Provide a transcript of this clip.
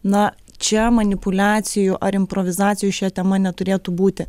na čia manipuliacijų ar improvizacijų šia tema neturėtų būti